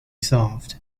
solved